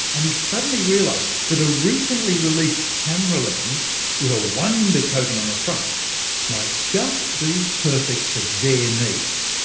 and he suddenly realized that a recently released camera lens with a wonder coating on the front might just be perfect for their needs.